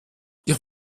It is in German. ich